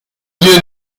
wir